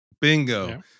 bingo